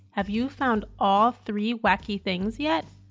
have you found all three wacky things yet?